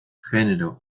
genero